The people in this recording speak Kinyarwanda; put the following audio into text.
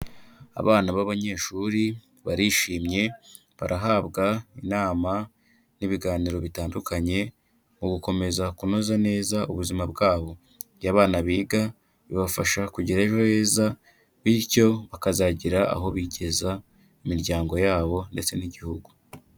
Abana b'abanyeshuri barishimye barahabwa inama n'ibiganiro bitandukanye, mu gukomeza kunoza neza ubuzima bwabo, iyo abana biga bibafasha kugira ejo heza bityo bakazagera aho bigeza, imiryango yabo ndetse n'igihugu.